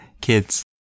kids